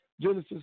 Genesis